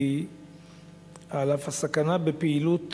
כי על אף הסכנה בפעילות